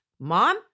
mom